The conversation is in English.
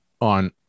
on